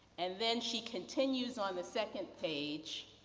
and, then she continues on the second page,